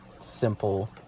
simple